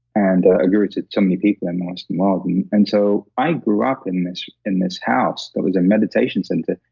and a guru to so many people in the western world. and and so, i grew up in this in this house that was a meditation center.